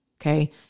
Okay